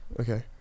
okay